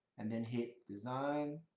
and then hit design.